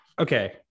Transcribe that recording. Okay